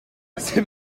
c’est